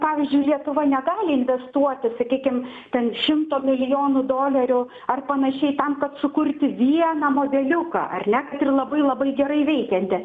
pavyzdžiui lietuva negali investuoti sakykim ten šimto milijonų dolerių ar panašiai tam kad sukurti vieną modeliuką ar ne kad ir labai labai gerai veikiantį